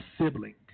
sibling